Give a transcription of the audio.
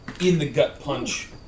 in-the-gut-punch